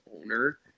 owner